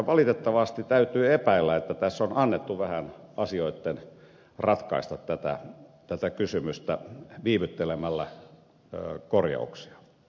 valitettavasti täytyy epäillä että tässä on annettu vähän asioiden ratkaista tätä kysymystä viivyttelemällä korjauksia